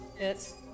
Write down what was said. yes